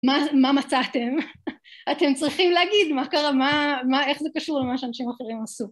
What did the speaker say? מה מצאתם, אתם צריכים להגיד מה קרה, איך זה קשור למה שאנשים אחרים עשו.